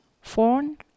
phone